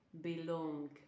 belong